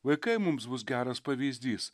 vaikai mums bus geras pavyzdys